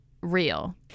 real